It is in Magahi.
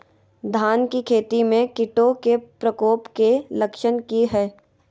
धान की खेती में कीटों के प्रकोप के लक्षण कि हैय?